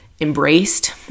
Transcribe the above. embraced